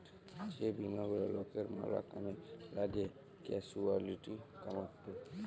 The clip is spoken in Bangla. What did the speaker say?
যে বীমা গুলা লকের ম্যালা কামে লাগ্যে ক্যাসুয়ালটি কমাত্যে